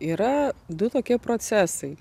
yra du tokie procesai